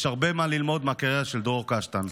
יש הרבה מה ללמוד מהקריירה של דרור קשטן.